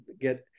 get